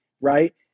right